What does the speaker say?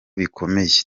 bikomeye